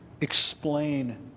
explain